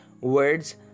words